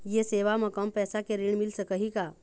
ये सेवा म कम पैसा के ऋण मिल सकही का?